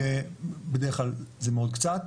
בדרך כלל זה מאוד קצת,